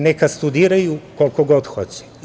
Neka studiraju koliko god hoće.